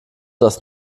das